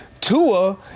Tua